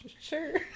Sure